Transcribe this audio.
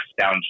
down